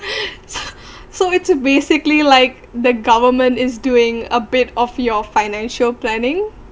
so so it's basically like the government is doing a bit of your financial planning